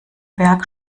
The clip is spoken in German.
berg